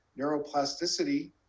neuroplasticity